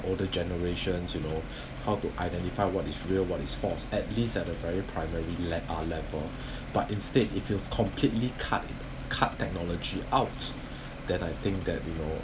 older generations you know how to identify what is real what is false at least at a very primary le~ level but instead if you completely cut cut technology out that I think that you know